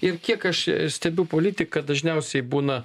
ir kiek aš stebiu politiką dažniausiai būna